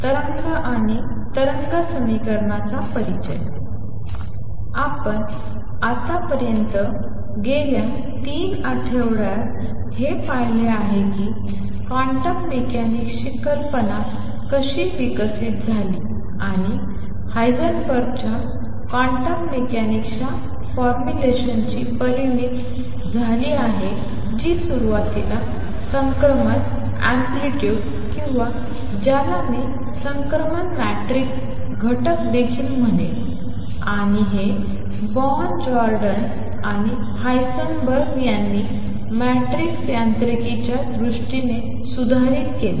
तरंग आणि तरंग समीकरणाचा परिचय आपण आतापर्यंत गेल्या 3 आठवड्यांत हे पाहिले आहे की क्वांटम मेकॅनिक्सची कल्पना कशी विकसित झाली आणि हायसेनबर्गच्या क्वांटम मेकॅनिक्सच्या फॉर्म्युलेशनशी परिणत झाली जी सुरुवातीला संक्रमण अँप्लितुड किंवा ज्याला मी संक्रमण मॅट्रिक्स घटक देखील म्हणेल आणि हे बोर्न जॉर्डन आणि हायसेनबर्ग यांनी मॅट्रिक्स यांत्रिकीच्या दृष्टीने सुधारित केले